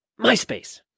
MySpace